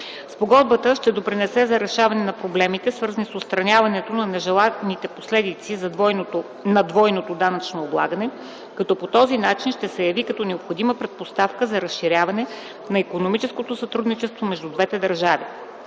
Спогодбата ще допринесе за решаване на проблемите, свързани с отстраняването на нежеланите последици на двойното данъчно облагане като по този начин ще се яви като необходима предпоставка за разширяване на икономическото сътрудничество между двете държави.